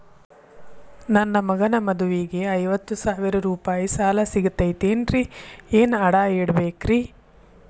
ನನ್ನ ಮಗನ ಮದುವಿಗೆ ಐವತ್ತು ಸಾವಿರ ರೂಪಾಯಿ ಸಾಲ ಸಿಗತೈತೇನ್ರೇ ಏನ್ ಅಡ ಇಡಬೇಕ್ರಿ?